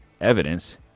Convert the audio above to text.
evidence